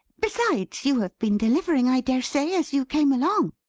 besides, you have been delivering, i dare say, as you came along?